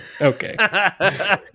okay